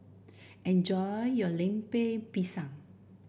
enjoy your Lemper Pisang